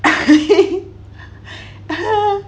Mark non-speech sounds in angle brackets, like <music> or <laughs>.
<laughs>